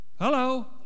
Hello